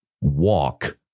walk